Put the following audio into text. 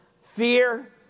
fear